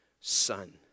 son